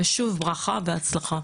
ושוב ברכה והצלחה.